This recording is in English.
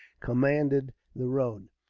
commanded the road.